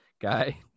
guy